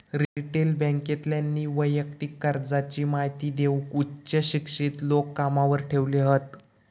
retail बॅन्केतल्यानी वैयक्तिक कर्जाची महिती देऊक उच्च शिक्षित लोक कामावर ठेवले हत